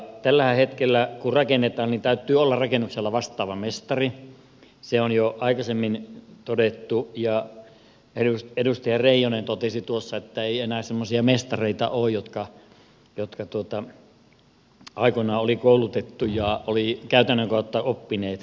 tällä hetkellähän kun rakennetaan täytyy olla rakennuksella vastaava mestari se on jo aikaisemmin todettu ja edustaja reijonen totesi tuossa että ei enää semmoisia mestareita ole jotka aikoinaan oli koulutettu ja olivat käytännön kautta oppineet